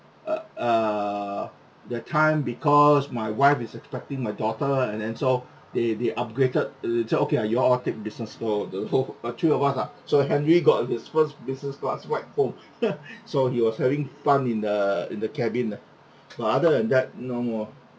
uh err that time because my wife is expecting my daughter and then so they they upgraded uh said okay ah y'all all take business so the oh the three of us lah so henry got his first business class flight home so he was having fun in the in the cabin but other than that no more